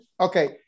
Okay